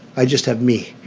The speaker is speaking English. i just have me.